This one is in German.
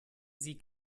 sie